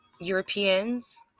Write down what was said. Europeans